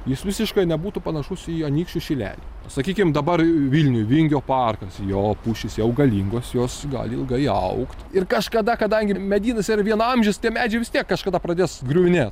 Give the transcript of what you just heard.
jis visiškai nebūtų panašus į anykščių šilelį sakykim dabar vilniuj vingio parkas jo pušys jau galingos jos gali ilgai augt ir kažkada kadangi medynas yra vienaamžis tie medžiai vis tiek kažkada pradės griuvinėt